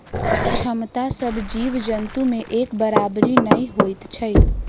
क्षमता सभ जीव जन्तु मे एक बराबरि नै होइत छै